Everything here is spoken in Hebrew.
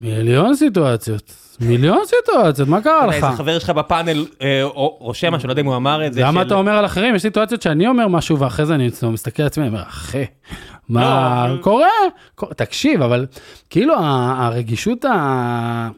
מיליון סיטואציות, מיליון סיטואציות, מה קרה לך? איזה חבר שלך בפאנל רושם משהו, לא יודע אם הוא אמר את זה. למה אתה אומר על אחרים? יש סיטואציות שאני אומר משהו ואחרי זה אני מסתכל על עצמי ואומר, אחי. מה קורה? תקשיב, אבל כאילו הרגישות ה...